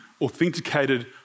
authenticated